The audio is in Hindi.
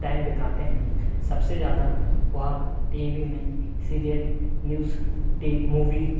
टाइम दिखाते हैं सबसे ज़्यादा वहाँ टी वी में सीरियल न्यूज़ मूवी